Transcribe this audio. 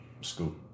school